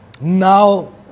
Now